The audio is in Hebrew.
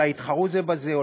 אולי יתחרו זה בזה,